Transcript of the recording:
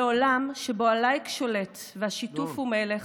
בעולם שבו הלייק שולט והשיתוף הוא מלך,